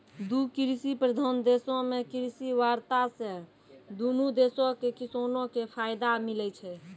दु कृषि प्रधान देशो मे कृषि वार्ता से दुनू देशो के किसानो के फायदा मिलै छै